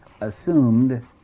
assumed